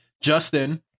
Justin